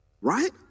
Right